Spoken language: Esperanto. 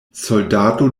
soldato